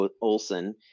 Olson